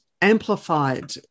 amplified